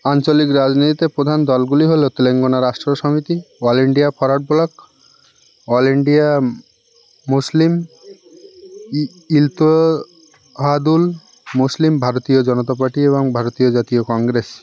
আঞ্চলিক রাজনীতিতে প্রধান দলগুলি হলো Telangana Rashtriya Samiti all India forward bloc all India মুসলিম মুসলিম ভারতীয় জনতা পার্টি এবং ভারতীয় জাতীয় কংগ্রেস